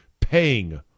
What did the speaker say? paying